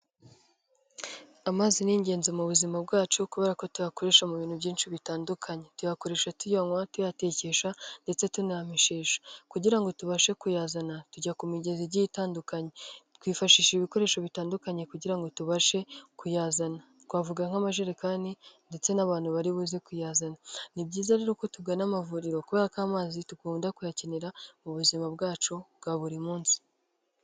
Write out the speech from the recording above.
Amazi ni ingenzi mu buzima bwacu kubera ko tuyakoresha mu bintu byinshi bitandukanye. Tuyakoresha tuyanywa, tuyatekesha, ndetse tunayameshesha. Kugira ngo tubashe kuyazana tujya ku migezi igiye itandukanye. Twifashisha ibikoresho bitandukanye kugira ngo tubashe kuyazana. Twavuga nk'amajerekani, ndetse n'abantu baribuze kuyazana. Ni byiza rero ko tugana amavuriro kubera ko amazi tugukunda kuyakenera mu buzima bwacu bwa buri munsi.